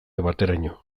bateraino